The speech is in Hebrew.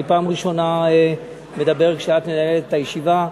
אני פעם ראשונה מדבר כשאת מנהלת את הישיבה.